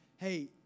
Hey